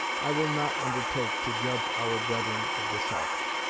i will not undertake to judge our brethren of the south.